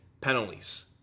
Penalties